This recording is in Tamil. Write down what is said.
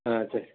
ஆ சரி